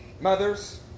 Mothers